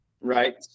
right